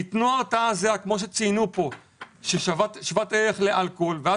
תתנו הרתעה זהה שוות ערך לאלכוהול כך